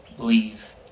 Believe